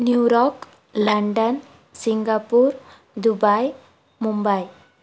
new rock London Singapore Dubai Mumbai